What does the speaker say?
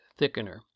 thickener